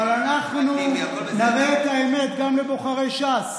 אבל אנחנו נראה את האמת גם לבוחרי ש"ס